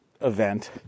event